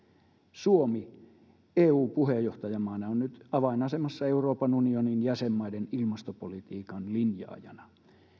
suomi eun puheenjohtajamaana on nyt avainasemassa euroopan unionin jäsenmaiden ilmastopolitiikan linjaajana